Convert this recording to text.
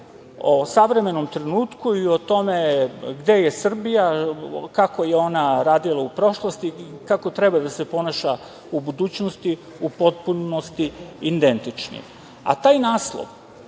o savremenom trenutku i o tome gde je Srbija, kako je ona radila u prošlosti, kako treba da se ponaša u budućnosti, u potpunosti identični. Taj naslov,